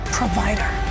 provider